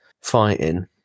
fighting